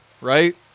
right